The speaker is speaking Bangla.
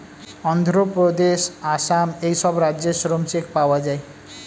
অন্ধ্রপ্রদেশ, আসাম এই সব রাজ্যে শ্রম চেক পাওয়া যায়